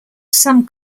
some